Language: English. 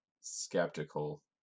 skeptical